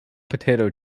potato